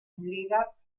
anleger